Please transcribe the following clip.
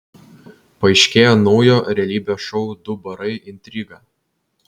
paaiškėjo naujo realybės šou du barai intriga